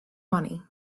money